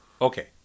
Okay